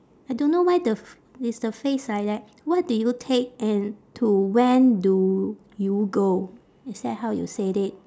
I don't know why the it's the phrase like that what do you take and to when do you go is that how you said it